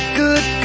good